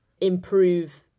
improve